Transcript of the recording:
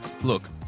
Look